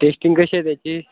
testing कशी आहे त्याची